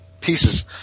pieces